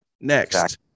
Next